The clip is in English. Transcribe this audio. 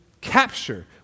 capture